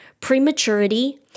prematurity